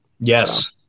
Yes